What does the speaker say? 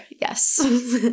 yes